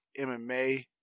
MMA